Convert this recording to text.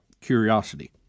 curiosity